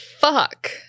fuck